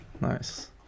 Nice